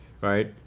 right